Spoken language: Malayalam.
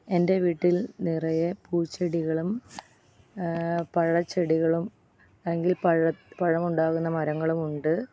എൻ്റെ വീട്ടിൽ നിറയെ പൂച്ചെടികളും നിറയെ പഴച്ചെടികളും അല്ലെങ്കിൽ പഴ പഴമുണ്ടാകുന്ന മരങ്ങളുമുണ്ട്